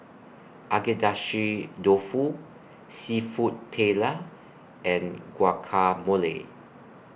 Agedashi Dofu Seafood Paella and Guacamole